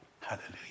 Hallelujah